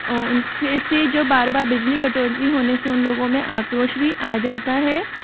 उनसे से जो बार बार बिजली कटौती होने से उन लोगों में आक्रोश भी आ जाता है